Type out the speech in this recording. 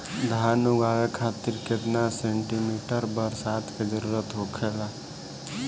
धान उगावे खातिर केतना सेंटीमीटर बरसात के जरूरत होखेला?